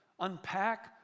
Unpack